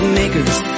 makers